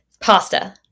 Pasta